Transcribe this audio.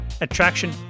attraction